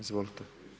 Izvolite.